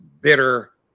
bitter